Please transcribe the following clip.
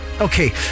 Okay